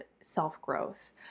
self-growth